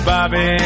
Bobby